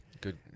Good